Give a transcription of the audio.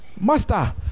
Master